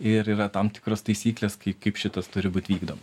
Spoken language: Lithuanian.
ir yra tam tikros taisyklės kai kaip šitas turi būt vykdoma